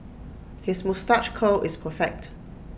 his moustache curl is perfect